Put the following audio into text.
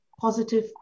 positive